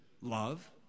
love